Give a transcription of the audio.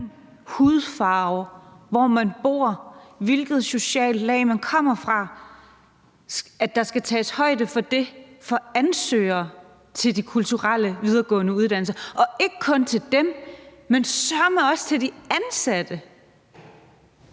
hudfarve, hvor man bor, hvilket land man kommer fra, i forhold til ansøgere til de kulturelle videregående uddannelser – og ikke kun til dem, men søreme også til de ansatte.